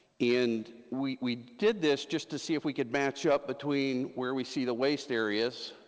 and we we did this just to see if we could match up between where we see the waste areas,